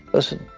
listen,